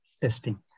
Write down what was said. testing